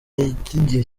y’igihe